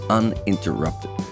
uninterrupted